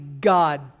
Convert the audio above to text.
God